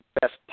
best